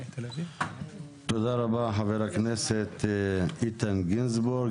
תודה רבה, חבר הכנסת איתן גינזבורג.